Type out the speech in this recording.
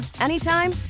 anytime